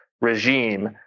regime